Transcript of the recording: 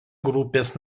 grupės